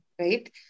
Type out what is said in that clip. right